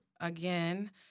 again